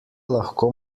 lahko